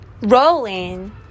Rolling